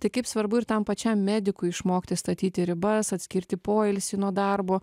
tai kaip svarbu ir tam pačiam medikui išmokti statyti ribas atskirti poilsį nuo darbo